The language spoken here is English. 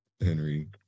Henry